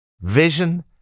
Vision